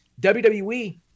WWE